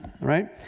right